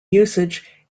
usage